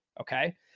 Okay